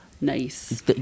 nice